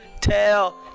tell